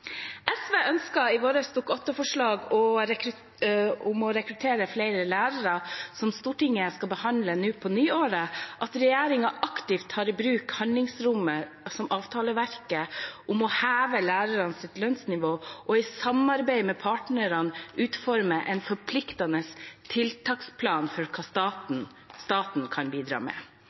SV ønsker i sitt Dokument 8-forslag om å rekruttere flere lærere, som Stortinget skal behandle nå på nyåret, at regjeringen aktivt tar i bruk handlingsrommet som avtaleverket gir, om å heve lærernes lønnsnivå og i samarbeid med partene utforme en forpliktende tiltaksplan for hva staten kan bidra med.